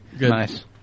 Nice